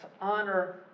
honor